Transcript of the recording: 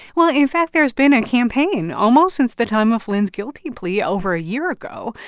well, in fact, there's been a campaign, almost since the time of flynn's guilty plea over a year ago,